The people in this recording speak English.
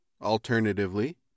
alternatively